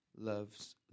Loves